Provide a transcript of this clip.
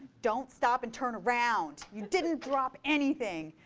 don't stop and turn around. you didn't drop anything.